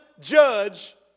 judge